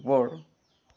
ওপৰ